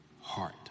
heart